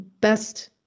best